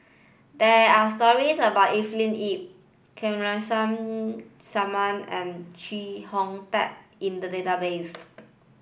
there are stories about Evelyn Lip Kamsari Salam and Chee Hong Tat in the database